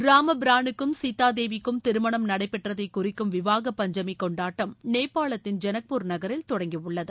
ராமபிரானுக்கும் சீதாதேவிக்கும் திருமணம் நடைபெற்றதை குறிக்கும் விவாஹ் பஞ்சமி கொண்டாட்டம் நேபாளத்தின் ஜனக்பூர் நகரில் தொடங்கியுள்ளது